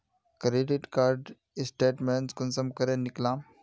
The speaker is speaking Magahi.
क्रेडिट कार्ड स्टेटमेंट कुंसम करे निकलाम?